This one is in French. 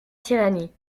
tyrannie